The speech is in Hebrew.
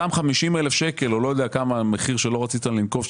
אותם 50,000 שקלים או לא יודע כמה המחיר שלא רציתם לנקוב,